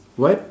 what